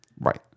right